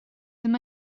ddim